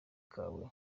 kawe